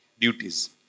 duties